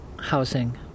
housing